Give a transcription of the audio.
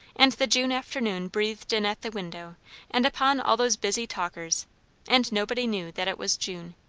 and the june afternoon breathed in at the window and upon all those busy talkers and nobody knew that it was june.